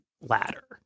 ladder